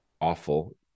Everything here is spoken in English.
awful